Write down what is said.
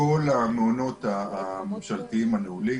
בכל המעונות הממשלתיים הנעולים,